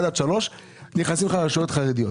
1 3 נכנסות לך רשויות מקומיות חרדיות.